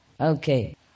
Okay